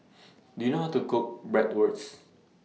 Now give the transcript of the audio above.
Do YOU know How to Cook Bratwurst